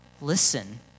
listen